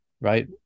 Right